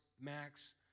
max